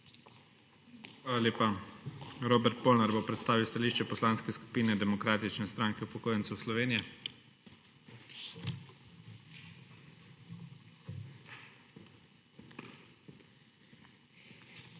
Hvala lepa. Robert Polnar bo predstavil stališče Poslanske skupine Demokratične stranke upokojencev Slovenije. **ROBERT